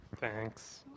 thanks